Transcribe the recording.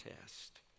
test